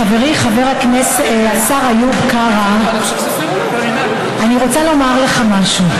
חברי השר איוב קרא, אני רוצה לומר לך משהו.